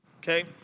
okay